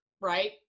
Right